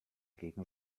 gegen